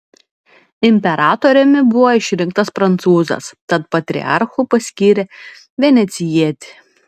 imperatoriumi buvo išrinktas prancūzas tad patriarchu paskyrė venecijietį